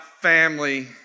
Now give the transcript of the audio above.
family